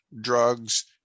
drugs